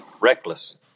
reckless